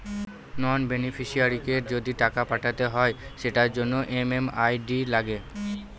নন বেনিফিশিয়ারিকে যদি টাকা পাঠাতে হয় সেটার জন্য এম.এম.আই.ডি লাগে